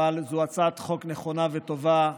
אבל זו הצעת חוק נכונה וטובה.